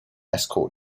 escort